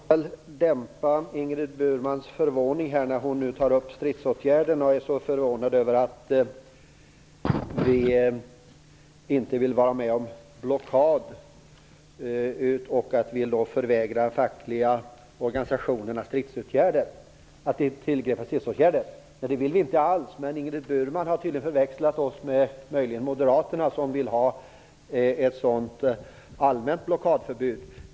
Herr talman! Jag får väl dämpa Ingrid Burmans förvåning i fråga om stridsåtgärder. Hon är så förvånad över att vi inte vill vara med om en blockad och förvägrar då de fackliga organisationerna att tillgripa stridsåtgärder. Det vill vi inte alls! Men Ingrid Burman har tydligen förväxlat oss med möjligen Moderaterna som vill ha ett allmänt blockadförbud.